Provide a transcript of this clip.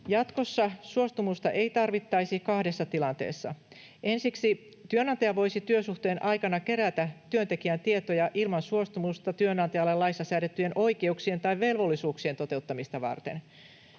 Jatkossa suostumusta ei tarvittaisi kahdessa tilanteessa. Ensiksi: työnantaja voisi työsuhteen aikana kerätä työntekijän tietoja ilman suostumusta työnantajalle laissa säädettyjen oikeuksien tai velvollisuuksien toteuttamista varten.